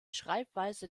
schreibweise